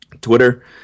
Twitter